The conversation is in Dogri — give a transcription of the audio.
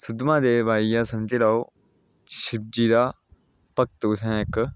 सुद्धमहादेव आइया समझी लैओ शिवजी दा भगत उ'त्थें इक